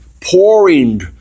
pouring